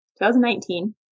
2019